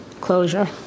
Closure